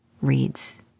reads